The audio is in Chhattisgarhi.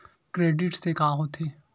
क्रेडिट से का होथे?